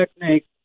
technique